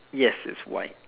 yes it's white